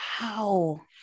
Wow